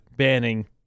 Banning